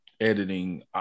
editing